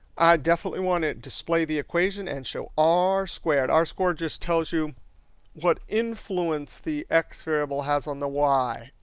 definitely want to display the equation, and show r squared. r squared just tells you what influence the x variable has on the y.